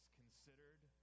considered